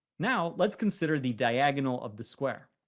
now let's consider the diagonal of the square